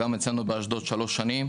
ואצלנו באשדוד שלוש שנים.